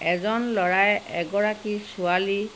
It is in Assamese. এজন ল'ৰাই এগৰাকী ছোৱালী